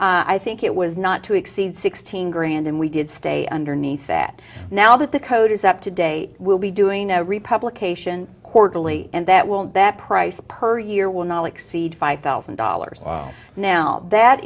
three i think it was not to exceed sixteen grand and we did stay underneath that now that the code is up to date we'll be doing a republic a sion quarterly and that will that price per year will not exceed five thousand dollars now that